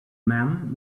man